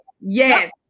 yes